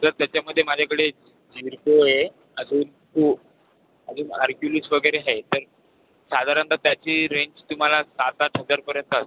sir त्याच्यामध्ये माझ्याकडे जिरको आहे अजून कू अजून हार्क्युलिस वगैरे आहै पण साधारणत त्याची रेंज तुम्हाला सात आठ हजारपर्यंत अस्